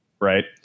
Right